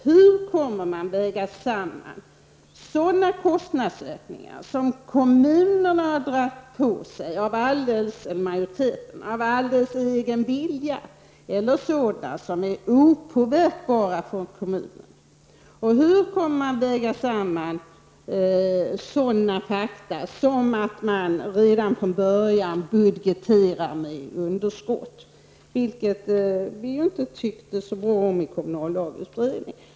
Hur kommer man att väga samman sådana kostnadsökningar som kommunernas majoriteter har dragit på sig av alldeles egen vilja eller sådana som är opåverkbara för kommunerna? Hur kommer man att väga samman sådana fakta som att man redan från början budgeterar med underskott, vilket vi inte tyckte så bra om vid kommunallagens beredning?